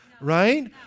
right